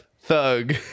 Thug